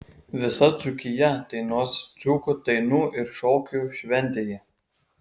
visa dzūkija dainuos dzūkų dainų ir šokių šventėje